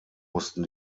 mussten